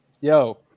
Yo